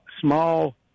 small